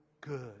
good